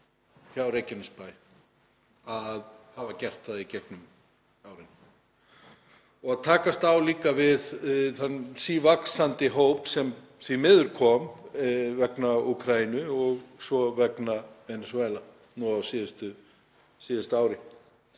hjá Reykjanesbæ að hafa gert það í gegnum árin og takast líka á við þann sívaxandi hóp sem því miður kom vegna Úkraínu og svo vegna Venesúela á síðasta ári.